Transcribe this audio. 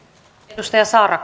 arvoisa